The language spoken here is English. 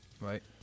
Right